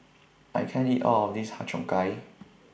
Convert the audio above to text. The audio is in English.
I can't eat All of This Har Cheong Gai